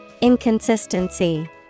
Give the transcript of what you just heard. Inconsistency